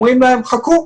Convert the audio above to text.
אומרים להם: חכו,